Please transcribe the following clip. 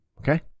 okay